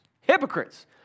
Hypocrites